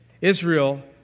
Israel